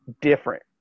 different